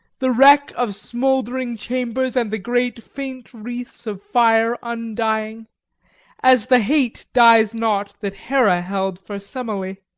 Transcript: the wreck of smouldering chambers, and the great faint wreaths of fire undying as the hate dies not, that hera held for semele.